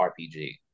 RPG